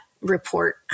report